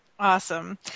awesome